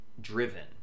driven